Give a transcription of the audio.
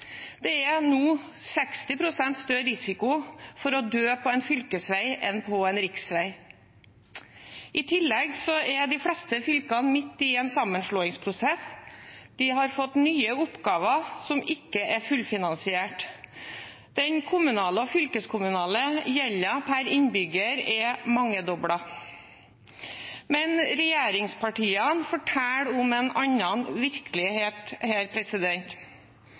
Det er nå 60 pst. større risiko for å dø på en fylkesvei enn på en riksvei. I tillegg er de fleste fylkene midt i en sammenslåingsprosess. De har fått nye oppgaver som ikke er fullfinansiert. Den kommunale og fylkeskommunale gjelden per innbygger er mangedoblet. Men regjeringspartiene forteller om en annen virkelighet her: